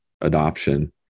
adoption